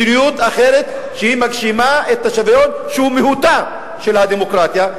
מדיניות אחרת שמגשימה את השוויון שהוא מהותה של הדמוקרטיה?